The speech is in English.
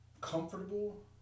comfortable